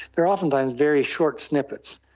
they are oftentimes very short snippets.